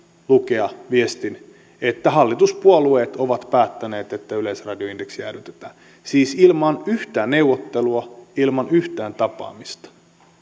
lukea viestin että hallituspuolueet ovat päättäneet että yleisradion indeksi jäädytetään siis ilman yhtään neuvottelua ilman yhtään tapaamista